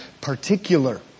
particular